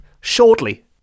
shortly